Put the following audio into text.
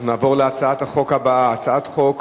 אנחנו נעבור להצעת החוק הבאה, הצעת חוק